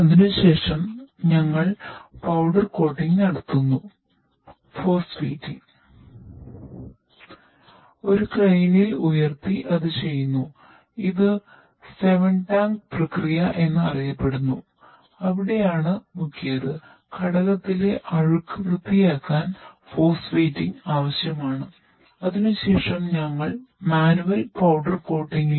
അതിനുശേഷം ഞങ്ങൾ powder coating